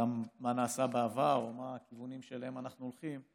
מה נעשה בעבר ומה הכיוונים שאליהם אנחנו הולכים,